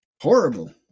Horrible